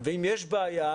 ואם יש בעיה,